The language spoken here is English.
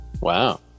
Wow